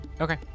Okay